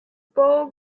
bowl